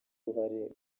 uruhare